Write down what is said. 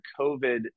covid